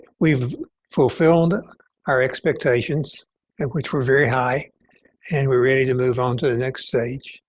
we've fulfilled our expectations, and which were very high and we're ready to move on to the next stage.